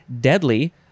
Deadly